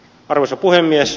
arvoisa puhemies